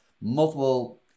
multiple